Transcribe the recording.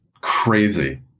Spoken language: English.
crazy